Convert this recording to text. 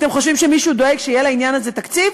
אתם חושבים שמישהו דואג שיהיה לעניין הזה תקציב?